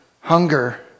hunger